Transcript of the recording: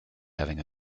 having